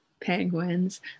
Penguins